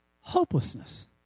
Hopelessness